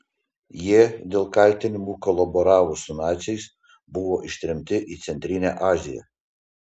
jie dėl kaltinimų kolaboravus su naciais buvo ištremti į centrinę aziją